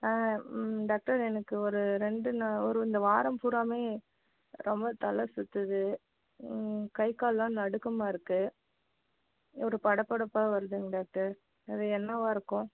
ஆ ம் டாக்டர் எனக்கு ஒரு ரெண்டு இந்த வாரம் பூராவுமே ரொம்ப தலை சுத்துது ம் கைகாலெல்லாம் நடுக்கமாயிருக்கு ஒரு படபடப்பாக வருதுங்க டாக்டர் அது என்னவாயிருக்கும்